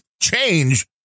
change